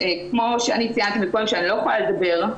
כמו שציינתי קודם שאני לא יכולה לדבר,